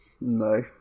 No